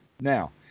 Now